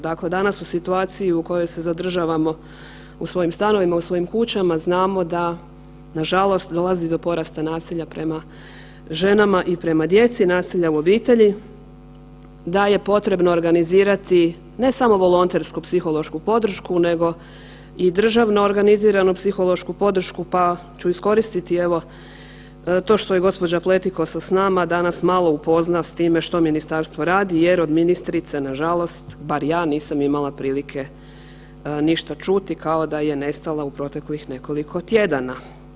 Dakle, danas u situaciji u kojoj se zadržavamo u svojim stanovima, u svojim kućama znamo da nažalost dolazi do porasta nasilja prema ženama i prema djeci, nasilja u obitelji, da je potrebno organizirati ne samo volontersku psihološku podršku, nego i državo organiziranu psihološku podršku, pa ću iskoristiti evo to što je gđa. Pletikosa s nama da nas malo upozna s time što ministarstvo radi jer od ministrice nažalost bar ja, nisam imala prilike ništa čuti, kao da je nestala u proteklih nekoliko tjedana.